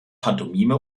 pantomime